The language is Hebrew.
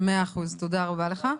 תודה רבה לך.